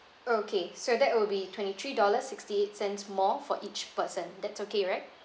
okay so that will be twenty three dollars sixty eight cents more for each person that's okay right